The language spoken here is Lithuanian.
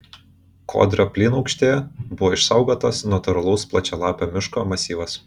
kodrio plynaukštėje buvo išsaugotas natūralaus plačialapio miško masyvas